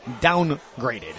downgraded